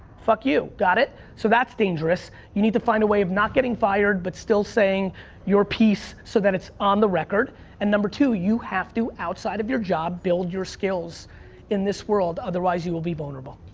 fuck you. got it? so, that's dangerous. you need to find a way of not getting fired but still saying your piece so that it's on the record and number two, you have to, outside of your job, build your skills in this world. otherwise you will be vulnerable.